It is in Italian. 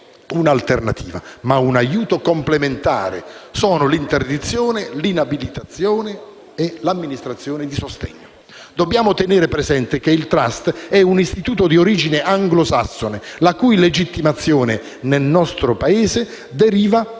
un'alternativa ma un aiuto complementare, sono l'interdizione, l'inabilitazione e l'amministrazione di sostegno. Dobbiamo tenere presente che il *trust* è un istituto di origine anglosassone, la cui legittimazione, nel nostro Paese deriva dalla